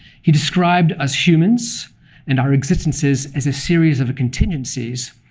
he described us humans and our existences as a series of contingencies.